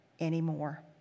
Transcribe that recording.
anymore